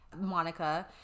Monica